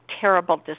terrible